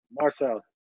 Marcel